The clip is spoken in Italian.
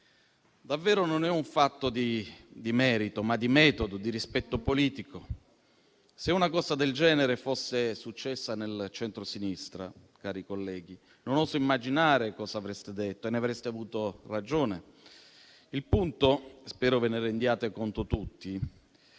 Davvero, è un fatto non di merito, ma di metodo e di rispetto politico. Se una cosa del genere fosse successa nel centrosinistra, cari colleghi, non oso immaginare cosa avreste detto e avreste avuto ragione. Il punto - spero ve ne rendiate conto tutti